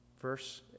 Verse